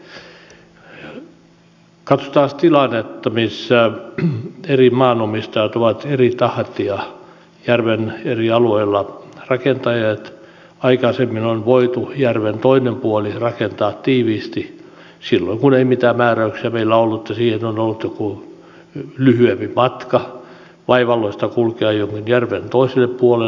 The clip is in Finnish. katsotaanpas tilannetta missä eri maanomistajat ovat eri tahtia järven eri alueilla rakentaneet aikaisemmin on voitu järven toinen puoli rakentaa tiiviisti silloin kun ei mitään määräyksiä meillä ollut jos sinne on ollut lyhyempi matka vaivalloista kulkea järven toiselle puolelle